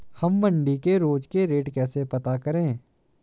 हम मंडी के रोज के रेट कैसे पता करें?